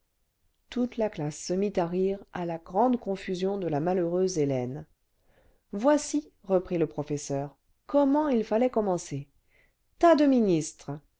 toute la classe se mit à rire à la grande confusion de la malheureuse hélène ce voici reprit le professeur comment il fallait commencer ce tas de ministres